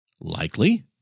Likely